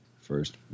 first